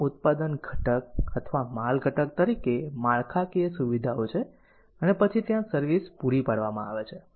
આમાં ઉત્પાદન ઘટક અથવા માલ ઘટક તરીકે માળખાકીય સુવિધાઓ છે અને પછી ત્યાં સર્વિસ પૂરી પાડવામાં આવે છે